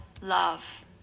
love